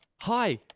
Hi